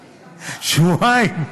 שבועיים.